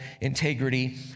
integrity